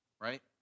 Right